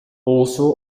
also